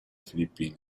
filippine